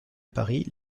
paris